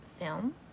film